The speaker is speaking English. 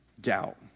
doubt